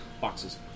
boxes